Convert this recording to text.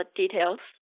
details